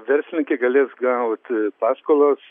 verslininkai galės gauti paskolas